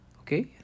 okay